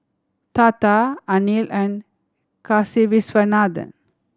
Tata Anil and Kasiviswanathan